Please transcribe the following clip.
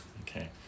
Okay